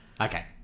Okay